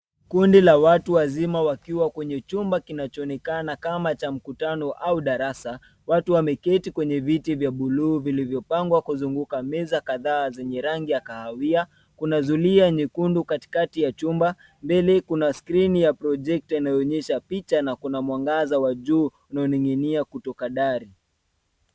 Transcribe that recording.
Kundi la watu wazima wakiwa kwenye chumba kinachonekana kama cha mkutano au darasa watu wameketi kwenye viti vya bluu vilivyopangwa kuzunguka meza kadhaa zenye rangi ya kahawia. Kuna zulia nyekundu katikati ya chumba mbele kuna skrini ya projector inayo onyesha picha na kuna mwangaza wa juu inaoninginia kutoka dari.